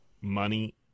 money